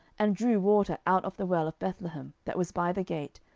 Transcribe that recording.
and drew water out of the well of bethlehem, that was by the gate,